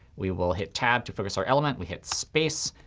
we will hit tab to focus our element. we hit space,